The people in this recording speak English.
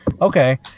Okay